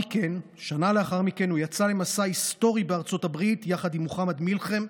שנה לאחר מכן הוא יצא למסע היסטורי בארצות הברית יחד עם מוחמד מלחם,